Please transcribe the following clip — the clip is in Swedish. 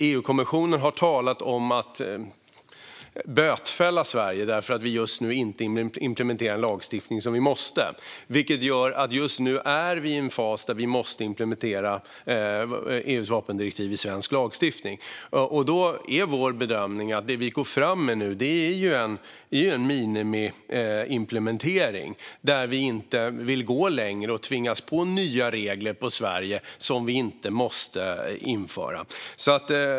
EU-kommissionen har talat om att bötfälla Sverige för att vi just nu inte implementerar en lagstiftning som vi måste, vilket gör att vi just nu är i en fas där vi måste implementera EU:s vapendirektiv i svensk lagstiftning. Då är vår bedömning att det vi går fram med nu är en minimiimplementering. Vi vill inte gå längre och tvinga på Sverige nya regler som vi inte måste införa.